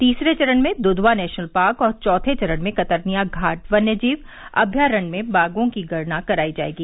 तीसरे चरण में द्धवा नेशनल पार्क और चौथे चरण में कतर्निया घाट वन्यजीव अभयारण्य में बाघों की गणना की जाएगी